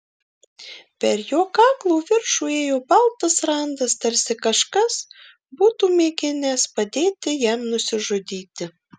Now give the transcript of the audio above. per jo kaklo viršų ėjo baltas randas tarsi kažkas būtų mėginęs padėti jam nusižudyti